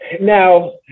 Now